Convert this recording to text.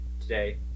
Today